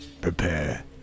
Prepare